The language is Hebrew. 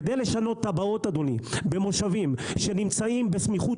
כדי לשנות תב"עות במושבים שנמצאים בסמיכות